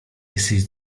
jesteś